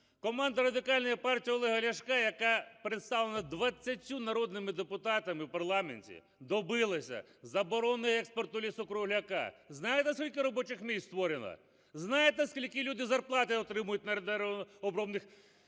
Команда Радикальної партії Олега Ляшка, яка представлена 20 народними депутатами в парламенті, добилася заборони експорту лісу-кругляку. Знаєте, скільки робочих місць створено? Знаєте, скільки люди зарплати отримують на деревообробних